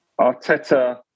Arteta